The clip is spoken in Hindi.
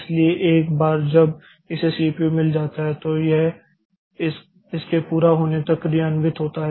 इसलिए एक बार जब इसे सीपीयू मिल जाता है तो यह इसके पूरा होने तक क्रियान्वित होता है